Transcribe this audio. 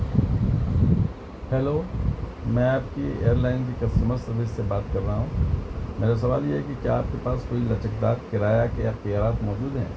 hello میں آپ کی ایئر لائن کی کسٹمر سروس سے بات کر رہا ہوں میرا سوال یہ کہ کیا آپ کے پاس کوئی لچکدار کرایہ کے اختیارات موجود ہیں